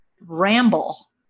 ramble